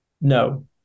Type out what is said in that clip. No